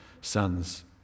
sons